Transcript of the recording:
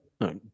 no